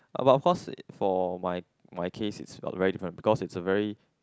but of course for my my case it's uh very different because it's a very